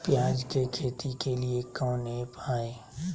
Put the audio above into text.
प्याज के खेती के लिए कौन ऐप हाय?